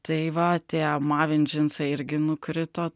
tai va tie mavin džinsai irgi nukrito